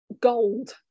gold